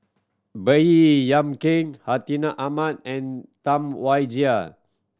Baey Yam Keng Hartinah Ahmad and Tam Wai Jia